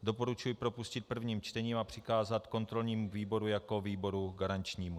Doporučuji propustit prvním čtením a přikázat kontrolnímu výboru jako výboru garančnímu.